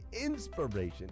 inspiration